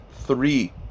three